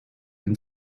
and